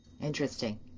Interesting